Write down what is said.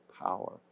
power